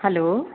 hello